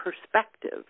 perspective